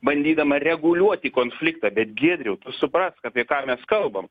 bandydama reguliuoti konfliktą bet giedriau tu suprask apie ką mes kalbam